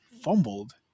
fumbled